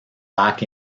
back